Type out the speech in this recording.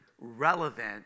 relevant